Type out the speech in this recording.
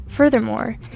Furthermore